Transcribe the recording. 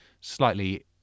slightly